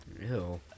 Ew